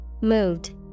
Moved